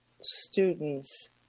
students